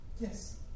Yes